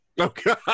Okay